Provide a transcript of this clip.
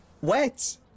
wet